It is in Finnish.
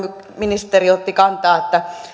ministeri ottivat kantaa